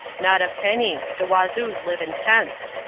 not a penny. the wazoos live in tents.